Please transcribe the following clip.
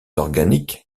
organiques